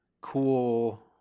cool